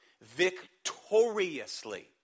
victoriously